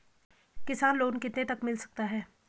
किसान लोंन कितने तक मिल सकता है?